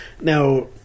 Now